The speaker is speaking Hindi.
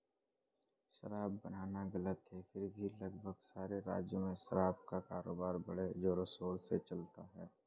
शराब बनाना गलत है फिर भी लगभग सारे राज्यों में शराब का कारोबार बड़े जोरशोर से चलता है